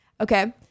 Okay